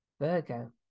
Virgo